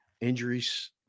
Injuries